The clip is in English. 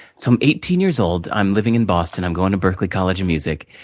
so, i'm eighteen years old, i'm living in boston, i'm going to berklee college of music.